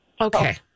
Okay